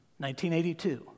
1982